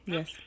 Yes